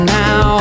now